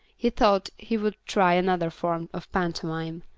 he thought he would try another form of pantomime.